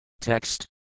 Text